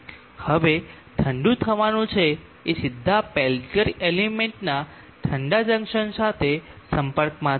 હવે ઠંડુ થવાનું છે એ સીધા પેલ્ટીઅર એલિમેન્ટના ઠંડા જંકશન સાથે સંપર્કમાં છે